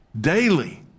daily